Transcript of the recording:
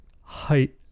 height